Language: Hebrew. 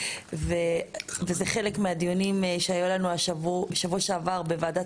זה חלק מהדיונים שהיו לנו השבוע בוועדת